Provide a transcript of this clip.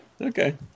Okay